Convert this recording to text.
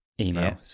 email